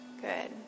Good